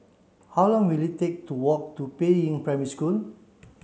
how long will it take to walk to Peiying Primary School